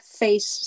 face